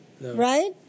Right